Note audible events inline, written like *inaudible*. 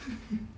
*laughs*